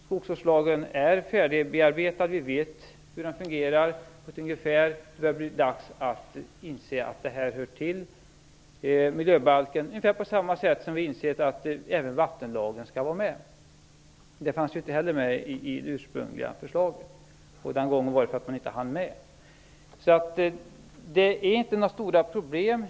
Skogsvårdslagen är färdigbearbetad. Vi vet hur den fungerar. Det börjar bli dags att inse att detta hör till miljöbalken ungefär på samma sätt som vi insett att även vattenlagen skall vara med. Den fanns ju inte heller med i det ursprungliga förslaget. Det berodde på att man inte hann med. Det finns inte heller några stora problem.